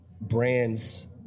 brands